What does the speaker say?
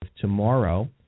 tomorrow